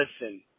Listen